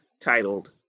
titled